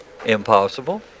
Impossible